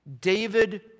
David